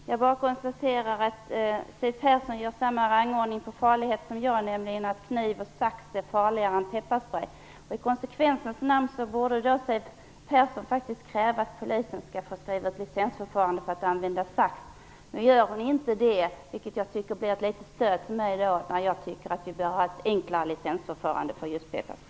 Herr talman! Jag bara konstaterar att Siw Persson gör samma rangordning av farlighet som jag gör, nämligen att kniv och sax är farligare än pepparsprej. I konsekvensens namn borde då Siw Persson kräva att det skall införas ett licensförfarande för användning av sax. Nu gör hon inte det, vilket jag tycker blir ett stöd för min åsikt att vi bör ha ett enklare licensförfarande för just pepparsprej.